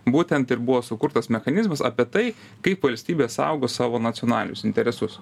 būtent ir buvo sukurtas mechanizmas apie tai kaip valstybė saugo savo nacionalinius interesus